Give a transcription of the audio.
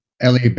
Ellie